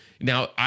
Now